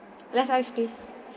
less ice please